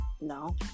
No